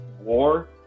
war